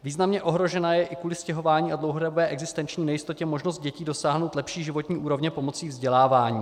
Významně ohrožena je i kvůli stěhování a dlouhodobé existenční nejistotě možnost dětí dosáhnout lepší životní úrovně pomocí vzdělávání.